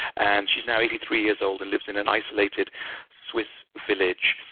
and she's now eighty three years old and lives in an isolated swiss village.